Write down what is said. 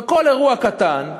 בכל אירוע קטן,